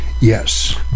yes